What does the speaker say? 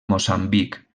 moçambic